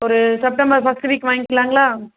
ஒரு September first week வாங்கிக்கலாங்களா